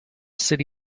city